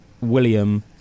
William